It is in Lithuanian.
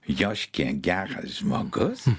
joškė geras žmogus